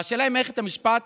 השאלה אם מערכת המשפט